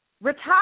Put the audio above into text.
Retire